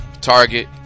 Target